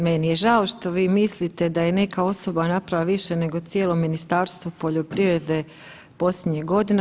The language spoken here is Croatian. Meni je žao što vi mislite da je neka osoba napravila više nego cijelo Ministarstvo poljoprivrede posljednjih godina.